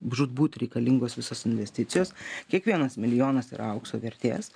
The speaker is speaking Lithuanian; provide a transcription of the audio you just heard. žūtbūt reikalingos visos investicijos kiekvienas milijonas yra aukso vertės